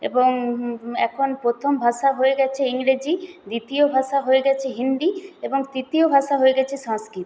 এবং এখন প্রথম ভাষা হয়ে গেছে ইংরেজি দ্বিতীয় ভাষা হয়ে গেছে হিন্দি এবং তৃতীয় ভাষা হয়ে গেছে সংস্কৃত